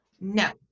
No